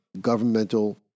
governmental